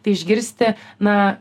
tai išgirsti na